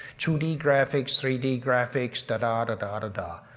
two d graphics, three d graphics, da da da da. da.